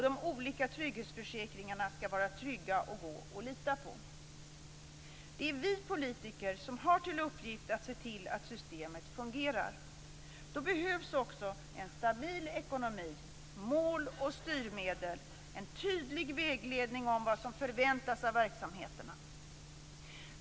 De olika trygghetsförsäkringarna skall vara trygga och gå att lita på. Det är vi politiker som har till uppgift att se till att systemet fungerar. Då behövs också en stabil ekonomi, mål och styrmedel, en tydlig vägledning om vad som förväntas av verksamheterna.